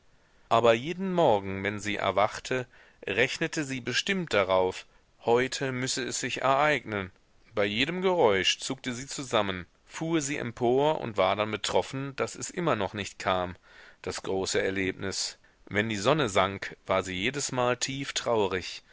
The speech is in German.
aber jeden morgen wenn sie erwachte rechnete sie bestimmt darauf heute müsse es sich ereignen bei jedem geräusch zuckte sie zusammen fuhr sie empor und war dann betroffen daß es immer noch nicht kam das große erlebnis wenn die sonne sank war sie jedesmal tieftraurig